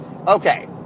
Okay